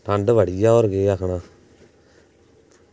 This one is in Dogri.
ठंड बड़ी ऐ होर केह् आक्खना